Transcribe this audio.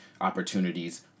opportunities